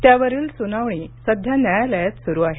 त्यावरील सुनावणी सध्या न्यायालयात सुरू आहे